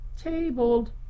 tabled